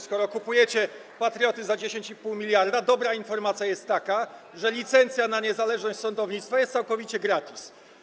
Skoro kupujecie patrioty za 10,5 mld, dobra informacja jest taka, że licencja na niezależność sądownictwa jest całkowicie gratis.